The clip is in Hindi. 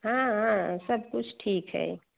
हाँ हाँ सब कुछ ठीक है